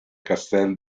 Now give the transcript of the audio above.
castel